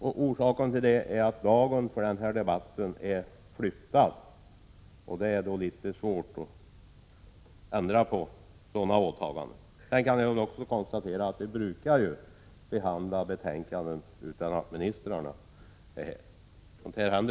Den här debatten har ju flyttats till en annan dag än den som tidigare planerats, och det är svårt för industriministern att ändra på åtaganden som han har gjort. Sedan kan vi också konstatera att det händer ibland att vi behandlar betänkanden utan att ministrarna är här.